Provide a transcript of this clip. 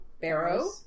Barrow